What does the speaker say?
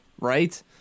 right